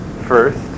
first